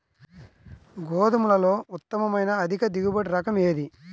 గోధుమలలో ఉత్తమమైన అధిక దిగుబడి రకం ఏది?